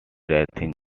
writing